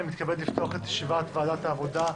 אני מתכבד לפתוח את ישיבת ועדת העבודה,